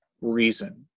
reason